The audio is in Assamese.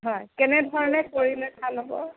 হয় কেনেধৰণে কৰিলে ভাল হ'ব